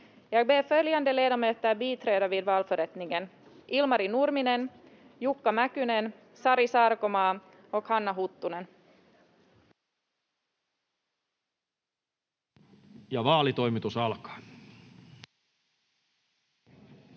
pyydän seuraavat edustajat: Ilmari Nurminen, Jukka Mäkynen, Sari Sarkomaa ja Hanna Huttunen.